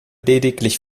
lediglich